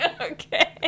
Okay